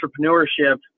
entrepreneurship